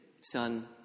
son